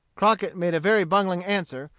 crockett made a very bungling answer,